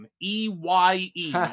E-Y-E